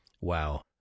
Wow